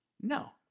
No